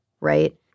right